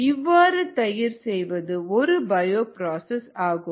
இவ்வாறு தயிர் செய்வது ஒரு பயோபிராசஸ் ஆகும்